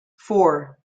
four